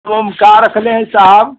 तुम का रख ले हैं साहब